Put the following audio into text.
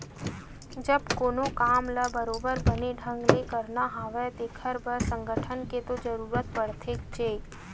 जब कोनो काम ल बरोबर बने ढंग ले करना हवय तेखर बर संगठन के तो जरुरत पड़थेचे